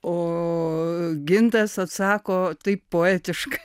o gintas atsako taip poetiškai